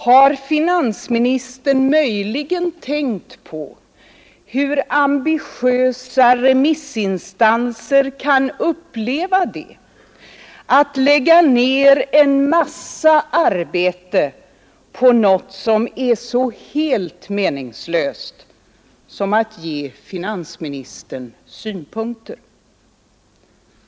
Har finansministern möjligen tänkt på hur ambitiösa remissinstanser kan uppleva det att lägga ner en massa arbete på något som är så helt meningslöst som att ge finansministern synpunkter?